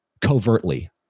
covertly